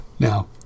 Now